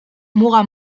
muga